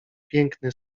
piękny